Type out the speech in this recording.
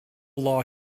law